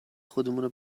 خودمونه